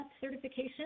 certification